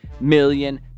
million